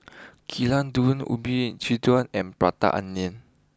Gulai Daun Ubi and Prata Onion